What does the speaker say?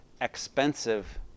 expensive